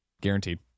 guaranteed